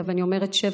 ואני אומרת: שבר,